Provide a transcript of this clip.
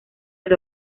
del